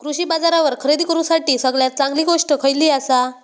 कृषी बाजारावर खरेदी करूसाठी सगळ्यात चांगली गोष्ट खैयली आसा?